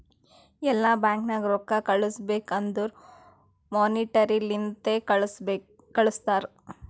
ಎಲ್ಲಾ ಬ್ಯಾಂಕ್ ನಾಗ್ ರೊಕ್ಕಾ ಕಳುಸ್ಬೇಕ್ ಅಂದುರ್ ಮೋನಿಟರಿ ಲಿಂತೆ ಕಳ್ಸುತಾರ್